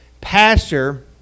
pastor